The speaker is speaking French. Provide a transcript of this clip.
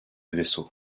vaisseau